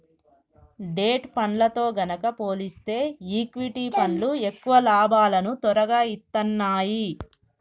debt ఫండ్లతో గనక పోలిస్తే ఈక్విటీ ఫండ్లు ఎక్కువ లాభాలను తొరగా ఇత్తన్నాయి